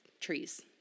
trees